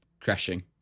crashing